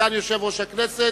סגן-יושב ראש הכנסת,